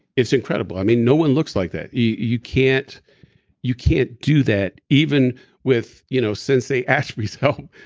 it's incredible. i mean no one looks like that you can't you can't do that, even with you know sensei asprey's help.